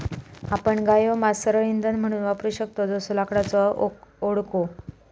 आपण बायोमास सरळ इंधन म्हणून वापरू शकतव जसो लाकडाचो ओंडको